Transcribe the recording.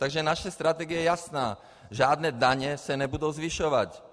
Takže naše strategie je jasná žádné daně se nebudou zvyšovat.